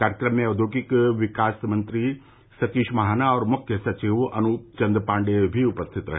कार्यक्रम में औद्योगिक विकास मंत्री सतीश महाना और मुख्य सचिव अनूप चन्द्र पाण्डेय भी उपस्थित रहे